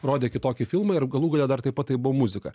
rodė kitokį filmą ir galų gale dar taip pat tai buvo muzika